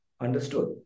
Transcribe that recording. Understood